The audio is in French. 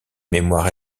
mémoire